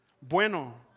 bueno